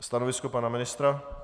Stanovisko pana ministra?